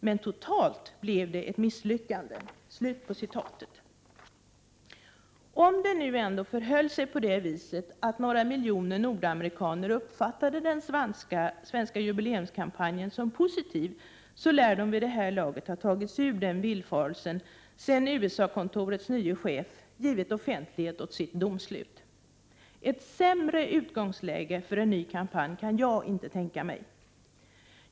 Men totalt blev det ett misslyckande.” Om det nu ändå förhöll sig så att några miljoner nordamerikaner uppfattade den svenska jubileumskampanjen som positiv, lär de vid det här laget ha tagits ur den villfarelsen, sedan USA-kontorets nye chef givit offentlighet åt sitt domslut. Ett sämre utgångsläge för en ny kampanj kan jag inte tänka mig.